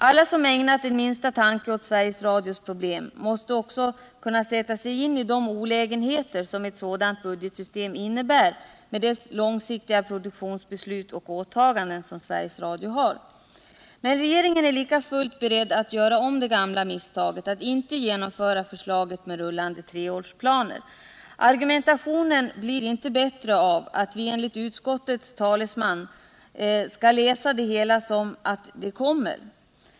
Alla som ägnat den minsta tanke åt Sveriges Radios problem måste kunna sätta sig in i de olägenheter som ett sådant budgetsystem innebär för Sveriges Radio med dess långsiktiga produktionsbeslut och åtaganden. Men regeringen är lika fullt beredd att göra om det gamla misstaget att inte genomföra förslaget med rullande treårsplaner. Argumentationen blir inte bättre av att vi enligt utskottets talesman skall läsa det hela som att det kommer.